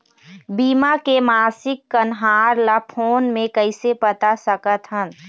बीमा के मासिक कन्हार ला फ़ोन मे कइसे पता सकत ह?